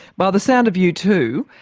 by the sound of you, too,